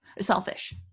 selfish